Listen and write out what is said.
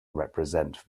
represent